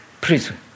prison